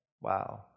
wow